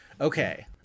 Okay